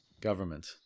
Government